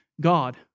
God